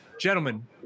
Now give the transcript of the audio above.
gentlemen